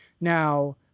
Now